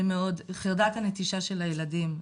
חרדת הנטישה של הילדים.